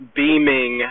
beaming